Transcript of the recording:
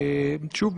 שוב,